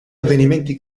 avvenimenti